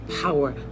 power